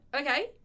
okay